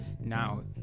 now